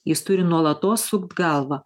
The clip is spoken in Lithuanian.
jis turi nuolatos sukt galvą